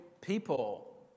people